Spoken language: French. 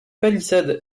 palissade